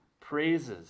praises